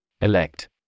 Elect